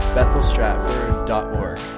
BethelStratford.org